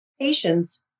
Patients